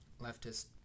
leftist